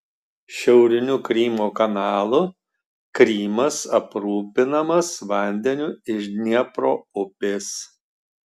šiauriniu krymo kanalu krymas aprūpinamas vandeniu iš dniepro upės